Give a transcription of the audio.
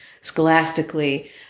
scholastically